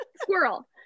squirrel